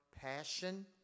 passion